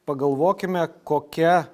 pagalvokime kokia